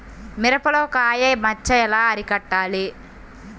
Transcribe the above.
మిరపలో కాయ మచ్చ ఎలా అరికట్టాలి?